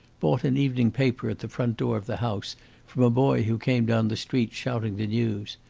bought an evening paper at the front door of the house from a boy who came down the street shouting the news.